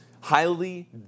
highly